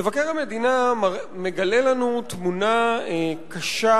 מבקר המדינה מגלה לנו תמונה קשה,